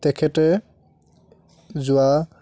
তেখেতে যোৱা